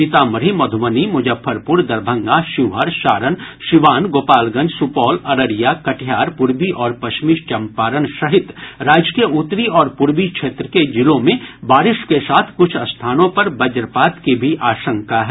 सीतामढ़ी मधुबनी मुजफ्फरपुर दरभंगा शिवहर सारण सीवान गोपालगंज सुपौल अररिया कटिहार पूर्वी और पश्चिमी चम्पारण सहित राज्य के उत्तरी और पूर्वी क्षेत्र के जिलों में बारिश के साथ कुछ स्थानों पर वज्रपात की भी आशंका है